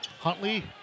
Huntley